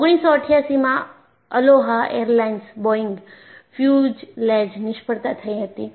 1988 માં Aloha Aloha airlines Boeing fuselage નિષ્ફળતા થઈ હતી